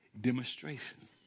demonstration